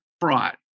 fraud